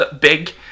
big